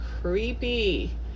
creepy